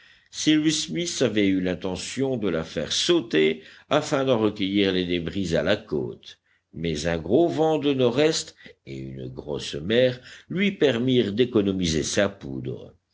smith avait eu l'intention de la faire sauter afin d'en recueillir les débris à la côte mais un gros vent de nord-est et une grosse mer lui permirent d'économiser sa poudre